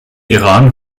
iran